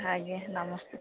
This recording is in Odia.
ଆଜ୍ଞା ନମସ୍କାର